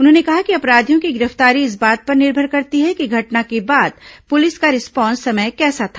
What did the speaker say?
उन्होंने कहा कि अपराधियों की गिरफ्तारी इस बात पर निर्भर करती है कि घटना के बाद पुलिस का रिस्पॉन्स समय कैसा था